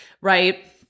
Right